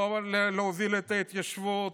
לא להוביל את ההתיישבות